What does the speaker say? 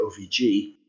OVG